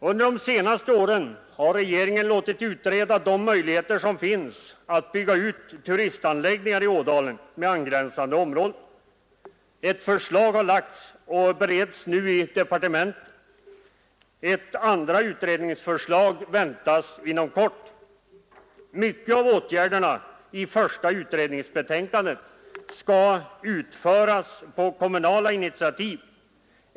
Under de senaste åren har regeringen låtit utreda vilka möjligheter som finns att bygga ut turistanläggningar i Ådalen med angränsande områden. Ett sådant förslag bereds nu i departementet. Ett andra utredningsförslag väntas inom kort. Många av de åtgärder som föreslås i det första utredningsbetänkandet skall vidtas på kommunala initiativ.